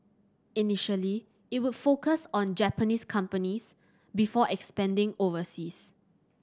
initially it would focus on Japanese companies before expanding overseas